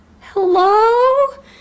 Hello